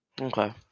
Okay